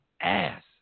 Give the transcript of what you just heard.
ass